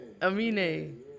Amine